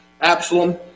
Absalom